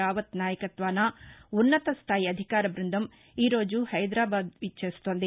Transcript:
రావత్ నాయకత్వాన ఉన్నతస్థాయి అధికార బృందం ఈ రోజు హైదరాబాద్ విచ్చేస్తోంది